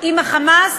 עם ה"חמאס",